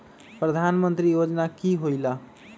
प्रधान मंत्री योजना कि होईला?